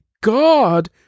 God